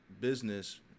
business